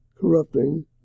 corrupting